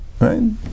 Right